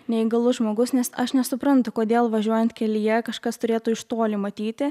neįgalus žmogus nes aš nesuprantu kodėl važiuojant kelyje kažkas turėtų iš toli matyti